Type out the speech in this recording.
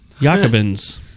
Jakobins